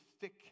thick